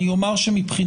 אני אומר שמבחינתי,